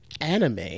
anime